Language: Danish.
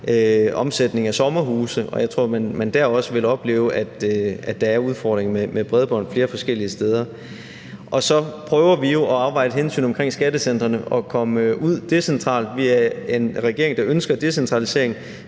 omsætning af sommerhuse, og jeg tror, at man dér også vil opleve, at der er udfordringer med bredbånd flere forskellige steder. Og så prøver vi jo at afveje et hensyn omkring skattecentrene og komme ud decentralt. Vi er en regering, der ønsker decentralisering,